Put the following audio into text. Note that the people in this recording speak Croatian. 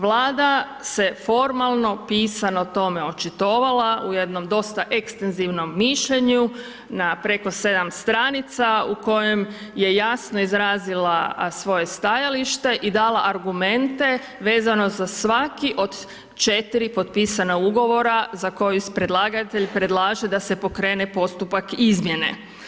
Vlada se formalno pisano o tome očitovala u jednom dosta ekstenzivnom mišljenju na preko 7 stranica u kojem je jasno izrazila svoje stajalište i dala argumente vezano za svaki od 4 potpisana ugovora za koji predlagatelj predlaže da se pokrene postupak izmjene.